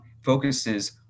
focuses